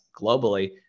globally